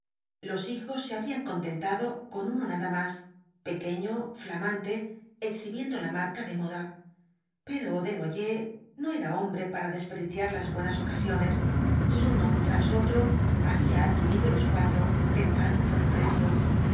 los hijos se habrían contentado con uno nada más pequeño flamante exhibiendo la marca de moda pero desnoyers no era hombre para desperdiciar las buenas ocasiones y uno tras otro había adquirido los cuatro tentado por el precio